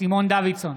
סימון דוידסון,